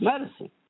medicine